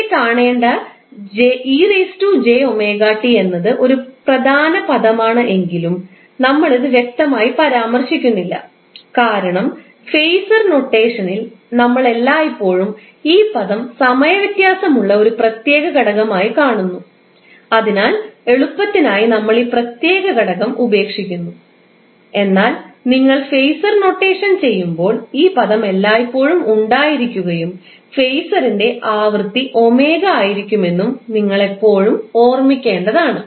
ഇവിടെ കാണേണ്ട എന്നത് ഒരു പ്രധാന പദമാണ് എങ്കിലും നമ്മൾ ഇത് വ്യക്തമായി പരാമർശിക്കുന്നില്ല കാരണം ഫേസർ നൊട്ടേഷനിൽ നമ്മൾ എല്ലായ്പ്പോഴും ഈ പദം സമയ വ്യത്യാസമുള്ള ഒരു പ്രത്യേക ഘടകമായി കാണുന്നു അതിനാൽ എളുപ്പത്തിനായി നമ്മൾ ഈ പ്രത്യേക ഘടകം ഉപേക്ഷിക്കുന്നു എന്നാൽ നിങ്ങൾ ഫേസർ നൊട്ടേഷൻ ചെയ്യുമ്പോൾ ഈ പദം എല്ലായ്പ്പോഴും ഉണ്ടായിരിക്കുകയും ഫേസറിന്റെ ആവൃത്തി ആയിരിക്കുമെന്നും നിങ്ങൾ എപ്പോഴും ഓർമ്മിക്കേണ്ടതാണ്